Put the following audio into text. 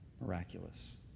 Miraculous